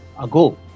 ago